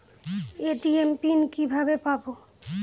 ATM pin কিভাবে পাবো?